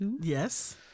Yes